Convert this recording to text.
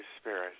Spirit